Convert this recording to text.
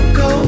go